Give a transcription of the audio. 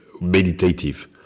meditative